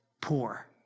poor